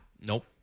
Nope